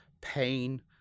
pain